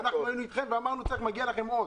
אנחנו היינו אתכם ואמרנו שמגיע לכם עוד.